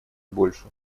больше